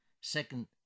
second